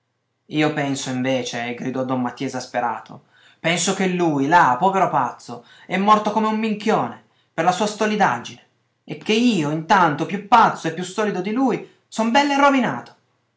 io penso invece gridò don mattia esasperato penso che lui là povero pazzo è morto come un minchione per la sua stolidaggine e che io intanto più pazzo e più stolido di lui son bell'e rovinato